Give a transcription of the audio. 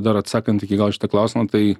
dar atsakant iki galo į šitą klausimą tai